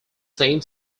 same